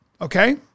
Okay